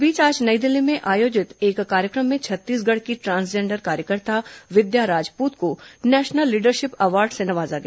इस बीच आज नई दिल्ली में आयोजित एक कार्यक्रम में छत्तीसगढ़ की ट्रांसजेंडर कार्यकर्ता विद्या राजपूत को नेशनल लीडरशिप अवार्ड से नवाजा गया